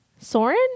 Soren